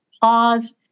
pause